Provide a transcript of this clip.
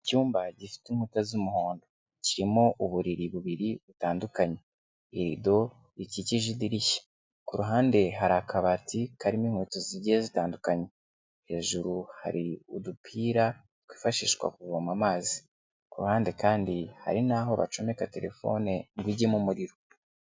Icyumba gifite inkuta z'umuhondo. Kirimo uburiri bubiri butandukanye. Irido rikikije idirishya. Ku ruhande hari akabati karimo inkweto zigiye zitandukanye. Hejuru hari udupira twifashishwa kuvoma amazi. Ku ruhande kandi hari n'aho bacomeka terefone ngo ijyemo umuriro.